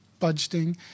budgeting